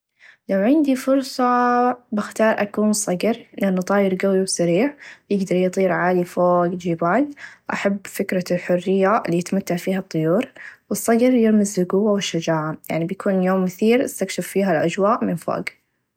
لو عندي فرصاااا بختار أكون صقر لإنه طائر قوي و سريع يقدر يطير عالي فوق الچبال أحب فكره الحريه إلي يتمتع فيها الطيور و الصقر يرمز للقوه و الشچاعه يعني بيكون يوم مثير أستكشف فيها الأچواء من فوق.